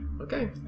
Okay